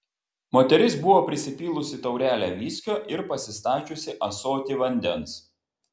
moteris buvo prisipylusi taurelę viskio ir pasistačiusi ąsotį vandens